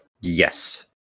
Yes